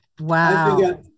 Wow